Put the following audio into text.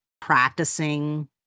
practicing